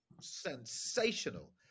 sensational